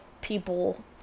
people